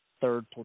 third